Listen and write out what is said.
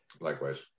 Likewise